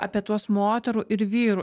apie tuos moterų ir vyrų